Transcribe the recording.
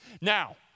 Now